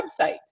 website